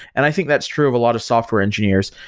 and i think that's true of a lot of software engineers.